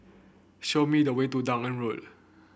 show me the way to Dunearn Road